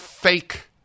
Fake